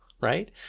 right